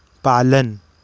पालन